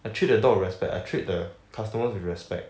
I treat the dog with respect I treat the customers with respect